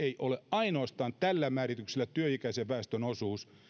ei ole kysymys ainoastaan tällä määrityksellä työikäisen väestön osuudesta